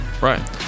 Right